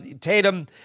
Tatum